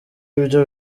ibyo